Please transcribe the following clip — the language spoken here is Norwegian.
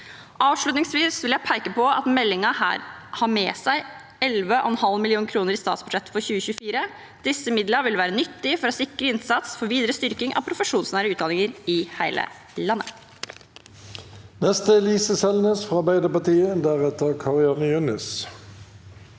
Avslutningsvis vil jeg peke på at meldingen har med seg 11,5 mill. kr i statsbudsjettet for 2024. Disse midlene vil være nyttige for å sikre innsats for videre styrking av profesjonsnære utdanninger i hele landet.